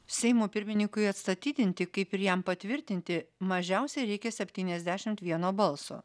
seimo pirmininkui atstatydinti kaip ir jam patvirtinti mažiausiai reikia septyniasdešimt vieno balso